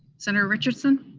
senator richardson?